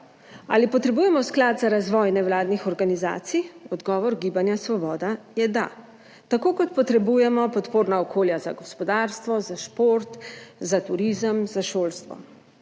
Ali potrebujemo Sklad za razvoj nevladnih organizacij? Odgovor Gibanja Svoboda je, da. Tako kot potrebujemo podporna okolja za gospodarstvo, za šport, za turizem, za šolstvo.